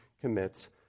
commits